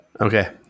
Okay